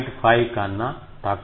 5 కన్నా తక్కువ